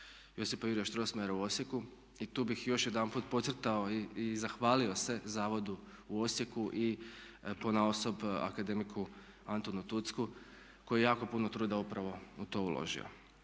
Josipa Juraja Strossmayera u Osijeku i tu bih još jedanput podcrtao i zahvalio se zavodu u Osijeku i ponaosob akademiku Antunu Tucku koji je jako puno truda upravo u to uložio.